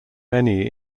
many